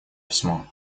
письмо